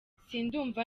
sindumva